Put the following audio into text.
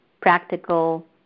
practical